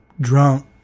drunk